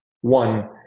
One